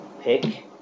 Pick